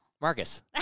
Marcus